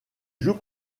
joue